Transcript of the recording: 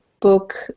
book